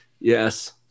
Yes